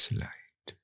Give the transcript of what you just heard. light